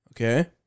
Okay